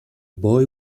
boy